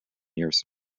years